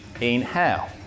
Inhale